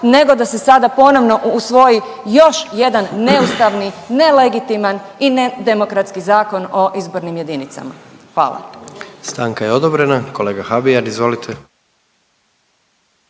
nego da se sada ponovno usvoji još jedan neustavni, nelegitiman i nedemokratski zakon o izbornim jedinicama. Hvala. **Jandroković, Gordan (HDZ)** Stanka je odobrena. Kolega Habijan, izvolite.